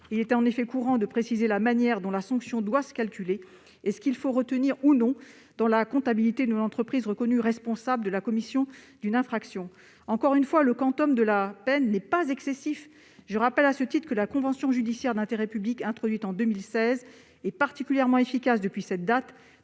dans notre droit de préciser la manière dont la sanction doit se calculer et ce qu'il faut retenir ou non dans la comptabilité de l'entreprise reconnue responsable de la commission d'une infraction. Encore une fois, le quantum de la peine n'est pas excessif. Je rappelle que la convention judiciaire d'intérêt public, introduite en 2016, et particulièrement efficace depuis cette date,